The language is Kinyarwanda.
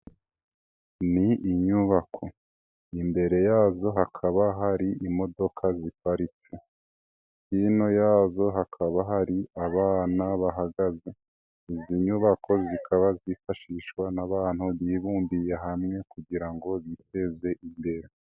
Ni inyubako, imbere yazo hakaba hari imodoka ziparitse. Hino yazo hakaba hari abana bahagaze. Izi nyubako zikaba zifashishwa n'abantu bibumbiye hamwe kugira ngo biteze imbere.